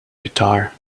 guitar